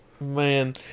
man